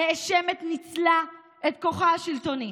הנאשמת ניצלה את כוחה השלטוני.